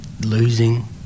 losing